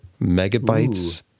megabytes